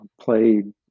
played